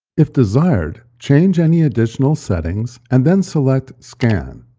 if desired, change any additional settings, and then select scan.